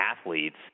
athletes